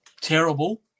terrible